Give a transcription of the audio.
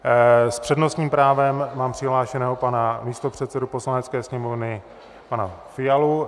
S přednostním právem mám přihlášeného pana místopředsedu Poslanecké sněmovny pana Fialu.